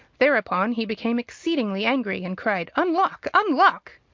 thereupon he became exceedingly angry, and cried unlock! unlock!